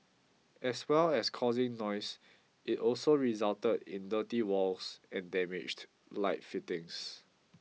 as well as causing noise it also resulted in dirty walls and damaged light fittings